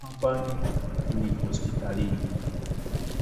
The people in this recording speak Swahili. Hapa ni hospitalini.